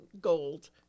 gold